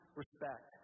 respect